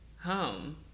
home